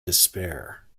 despair